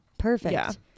Perfect